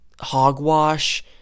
hogwash